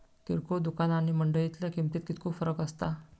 किरकोळ दुकाना आणि मंडळीतल्या किमतीत कितको फरक असता?